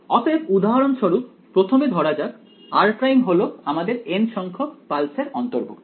অতএব উদাহরণস্বরূপ প্রথমে ধরা যাক r' হলো আমাদের n সংখ্যক পালস এর অন্তর্ভুক্ত